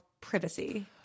privacy